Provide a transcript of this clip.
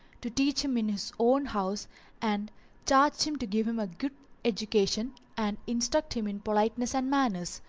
to teach him in his own house and charged him to give him a good education and instruct him in politeness and manners.